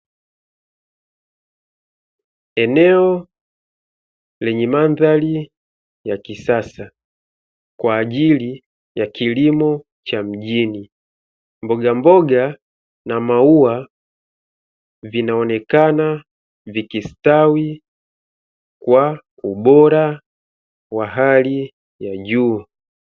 Eneo lenye mandhari ya kisasa kwa ajili ya kilimo cha mjini ,mboga na maua vinaonekana vikistawi kwa ubora wa hali ya juu.